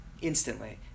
instantly